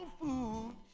food